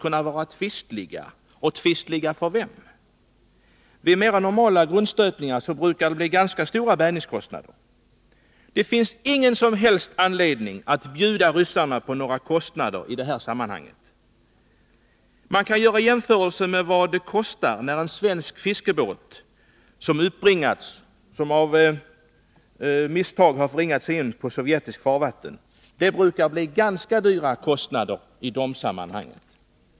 För vem var de ”omtvistliga”? Vid mera normala grundstötningar brukar det bli ganska stora bärgningskostnader. Det finns ingen som helst anledning att bjuda ryssarna på några kostnader i detta sammanhang. Man kan göra jämförelsen med vad det kostar när en svensk fiskebåt uppbringas efter att av misstag ha förirrat sig in på sovjetiskt farvatten. Det brukar bli ganska höga kostnader i det sammanhanget.